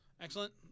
Excellent